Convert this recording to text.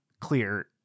clear